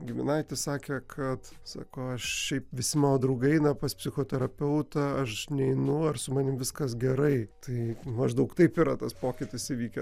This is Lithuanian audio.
giminaitis sakė kad sako aš šiaip visi mano draugai eina pas psichoterapeutą aš neinu ar su manimi viskas gerai tai maždaug taip yra tas pokytis įvykęs